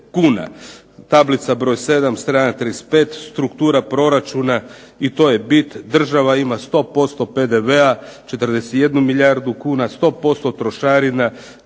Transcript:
Tablica broj 7 strana 35, struktura proračuna i to je bit. Država ima 100% PDV-a, 41 milijardu kuna, 100% trošarina